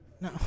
No